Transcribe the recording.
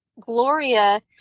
Gloria